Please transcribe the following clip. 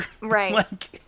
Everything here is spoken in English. Right